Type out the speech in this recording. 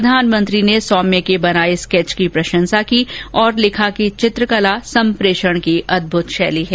प्रधानमंत्री ने सौम्य के बनाये स्केच की प्रशंसा की और लिखा कि चित्रकला संप्रेषण की अदभुत शैली है